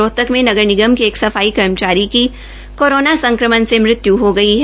रोहतक में नगर निगम के एक सफाई कर्मचारी की कोरोना संक्रमण से मृत्यु हो गई है